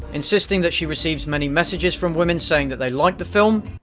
insisting that she receives many messages from women saying that they liked the film.